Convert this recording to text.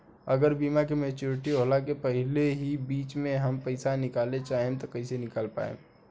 अगर बीमा के मेचूरिटि होला के पहिले ही बीच मे हम पईसा निकाले चाहेम त कइसे निकाल पायेम?